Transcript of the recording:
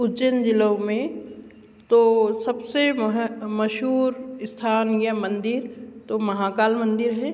उज्जैन जिलों में तो सबसे मशहूर स्थान या मंदिर तो महाकाल मंदिर है